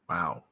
Wow